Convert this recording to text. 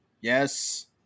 yes